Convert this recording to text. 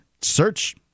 search